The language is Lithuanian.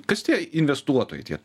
kas tie investuotojai tie